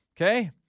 Okay